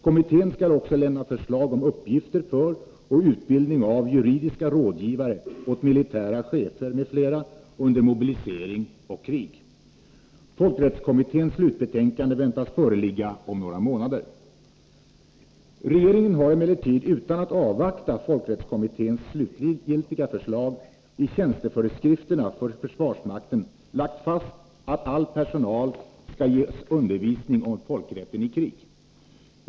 Kommittén skall också lämna förslag om uppgifter för och utbildning av juridiska rådgivare åt militära chefer m.fl. under mobilisering och krig. Folkrättskommitténs slutbetänkande väntas föreligga om några månader. Regeringen har emellertid, utan att avvakta folkrättskommitténs slutgiltiga förslag, i tjänsteföreskrifterna för försvarsmakten lagt fast att all personal skall ges undervisning om folkrätten i krig.